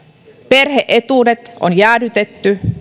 perhe etuudet on jäädytetty